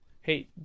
Hey